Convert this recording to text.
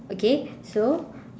okay so